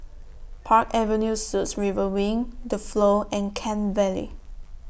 Park Avenue Suites River Wing The Flow and Kent Vale